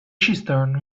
cistern